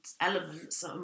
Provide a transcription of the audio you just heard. elements